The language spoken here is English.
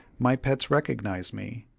my pets recognize me.